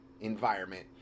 environment